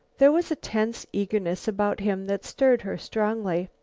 there was a tense eagerness about him that stirred her strongly.